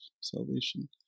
salvation